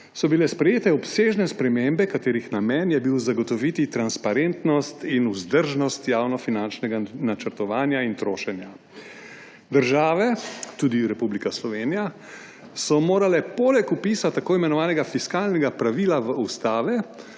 so bile sprejete obsežne spremembe, katerih namen je bil zagotoviti transparentnost in vzdržnost javnofinančnega načrtovanja in trošenja. Države, tudi Republike Slovenija, so morale poleg vpisa tako imenovanega fiskalnega pravila v ustavo